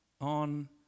on